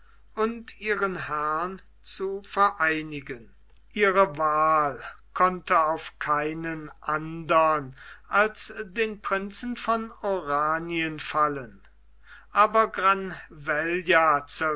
und ihren herrn zu vereinigen ihre wahl konnte auf keinen andern als den prinzen von oranien fallen aber